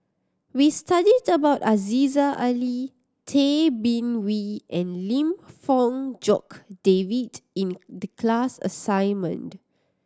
we studied about Aziza Ali Tay Bin Wee and Lim Fong Jock David in the class assignment